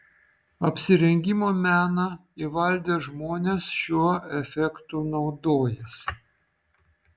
apsirengimo meną įvaldę žmonės šiuo efektu naudojasi